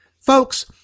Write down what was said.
Folks